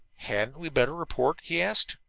hadn't we better report? he asked.